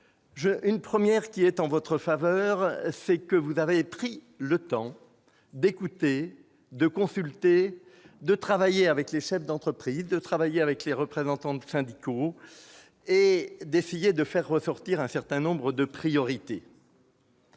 le ministre, est en votre faveur : vous avez pris le temps d'écouter, de consulter et de travailler avec les chefs d'entreprise et les représentants syndicaux pour essayer de faire ressortir un certain nombre de priorités.